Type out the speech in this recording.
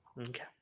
Okay